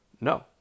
No